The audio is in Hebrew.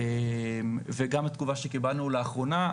זה גם התגובה שקיבלנו לאחרונה.